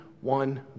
one